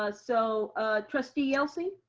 ah so trustee yelsey.